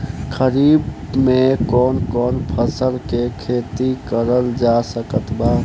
खरीफ मे कौन कौन फसल के खेती करल जा सकत बा?